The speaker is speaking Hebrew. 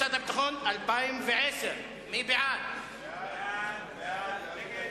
בחירות ומימון מפלגות, לשנת 2010, נתקבל.